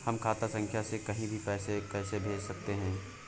हम खाता संख्या से कहीं भी पैसे कैसे भेज सकते हैं?